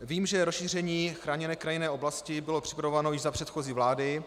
Vím, že rozšíření chráněné krajinné oblasti bylo připravováno již za předchozí vlády.